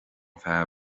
fear